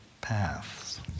paths